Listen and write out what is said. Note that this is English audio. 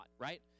right